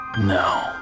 No